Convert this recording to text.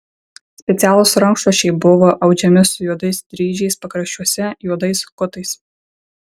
specialūs rankšluosčiai buvo audžiami su juodais dryžiais pakraščiuose juodais kutais